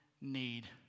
need